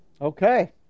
Okay